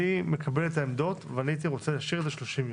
אני מקבל את העמדות והייתי רוצה להשאיר את זה 30 ימים.